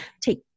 take